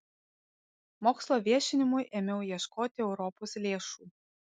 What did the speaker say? mokslo viešinimui ėmiau ieškoti europos lėšų